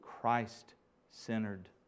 Christ-centered